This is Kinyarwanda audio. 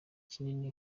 kinini